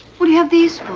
what do you have these